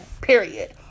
period